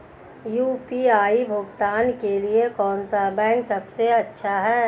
UPI भुगतान के लिए कौन सा बैंक सबसे अच्छा है?